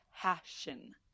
passion